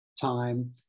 time